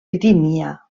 bitínia